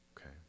Okay